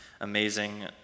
amazing